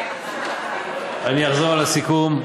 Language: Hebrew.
אני אחזור על הסיכום.